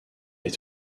est